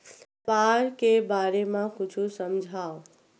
व्यापार के बारे म कुछु समझाव?